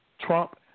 Trump